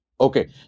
Okay